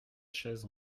chaise